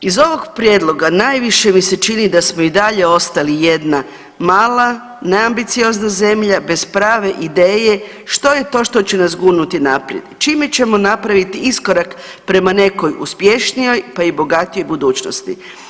Iz ovog prijedlog najviše mi se čini da smo i dalje ostali jedna mala neambiciozna zemlja bez prave ideje što je to što će nas gurnuti naprijed, čime ćemo napraviti iskorak prema nekoj uspješnoj, pa i bogatijoj budućnosti.